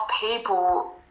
people